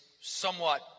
somewhat